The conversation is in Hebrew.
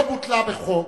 לא בוטלה בחוק,